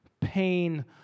pain